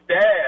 dad